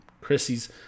Chrissy's